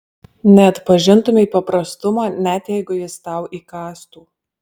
neatpažintumei paprastumo net jeigu jis tau įkąstų